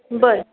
बरं